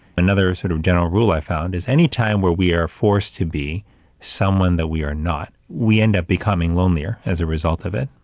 another sort of general rule i found is any time where we are forced to be someone that we are not, we end up becoming lonelier as a result of it.